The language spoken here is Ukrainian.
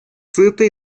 ситий